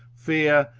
fear,